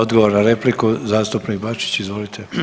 Odgovor na repliku, zastupnik Bačić, izvolite.